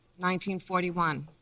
1941